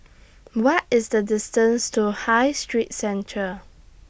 What IS The distance to High Street Centre